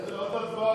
אגרות והוצאות (הוראת שעה),